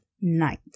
night